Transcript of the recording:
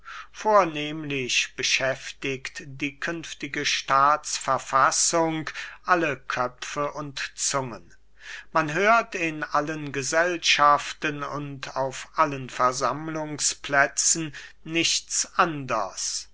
vornehmlich beschäftigt die künftige staatsverfassung alle köpfe und zungen man hört in allen gesellschaften und auf allen versammlungsplätzen nichts anders